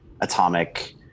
atomic